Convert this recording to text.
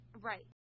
right